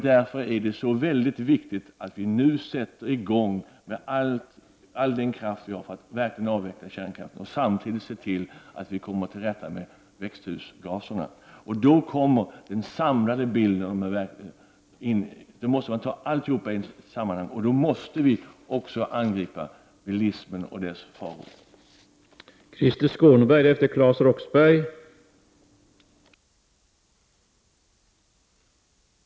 Därför är det så viktigt att vi nu sätter i gång med all den kraft vi har för att avveckla kärnkraften, och att vi samtidigt kommer till rätta med växthusgaserna. Då måste vi ta alla frågor i ett sammanhang och även angripa bilismen och de faror den för med sig.